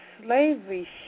Slavery